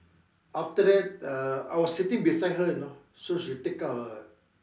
after that uh I was sitting beside her you know so she take out her